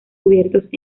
cubiertos